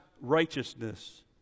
righteousness